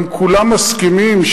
גם כולם מסכימים,